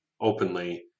openly